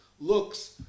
looks